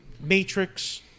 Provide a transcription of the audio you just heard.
Matrix